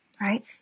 right